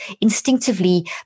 instinctively